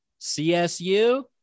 CSU